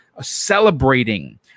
celebrating